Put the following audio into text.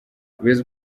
ubuyobozi